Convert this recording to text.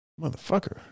motherfucker